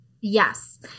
Yes